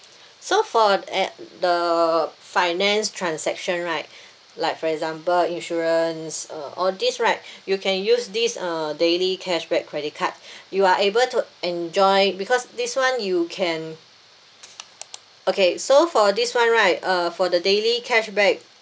so for a uh the finance transaction right like for example insurance uh all these right you can use this uh daily cashback credit card you are able to uh enjoy because this [one] you can okay so for this [one] right uh for the daily cashback